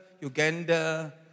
Uganda